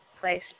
place